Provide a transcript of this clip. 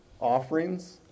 offerings